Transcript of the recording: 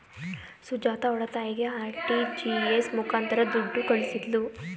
ಸುಜಾತ ಅವ್ಳ ತಾಯಿಗೆ ಆರ್.ಟಿ.ಜಿ.ಎಸ್ ಮುಖಾಂತರ ದುಡ್ಡು ಕಳಿಸಿದ್ಲು